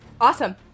Awesome